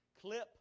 Clip